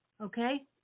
Okay